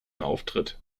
auftritt